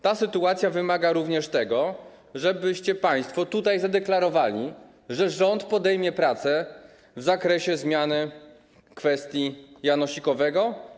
Ta sytuacja wymaga również tego, żebyście państwo zadeklarowali, że rząd podejmie prace w zakresie zmiany odnośnie do janosikowego.